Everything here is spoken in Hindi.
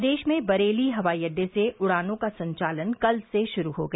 प्रदेश में बरेली हवाई अड्डे से उड़ानों का संचालन कल से शुरू हो गया